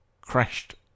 crashed